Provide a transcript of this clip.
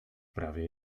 prawie